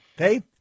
Okay